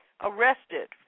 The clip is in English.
arrested